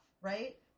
right